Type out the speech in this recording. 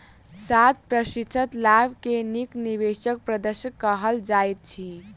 सात प्रतिशत लाभ के नीक निवेश प्रदर्शन कहल जाइत अछि